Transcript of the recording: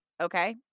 okay